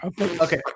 Okay